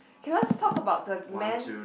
k let's talk about the man